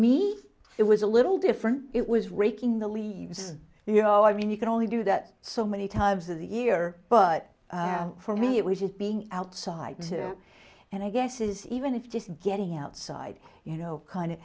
me it was a little different it was raking the leaves you know i mean you can only do that so many times of the year but for me it was just being outside and i guess is even if just getting outside you know kind of